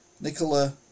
Nicola